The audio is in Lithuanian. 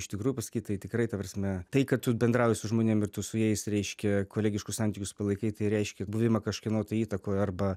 iš tikrųjų pasakyt tai tikrai ta prasme tai kad tu bendrauji su žmonėms ir tu su jais reiškia kolegiškus santykius palaikyti tai reiškia buvimą kažkieno tai įtakoj arba